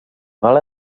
val